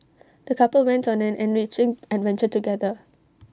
the couple went on an enriching adventure together